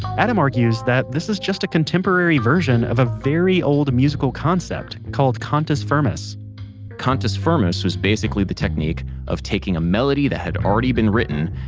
adam argues that this is just a contemporary version of a very old musical concept called cantus firmus cantus firmus was basically the technique of taking a melody that had already been written,